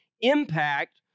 impact